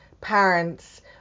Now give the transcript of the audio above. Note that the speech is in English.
parents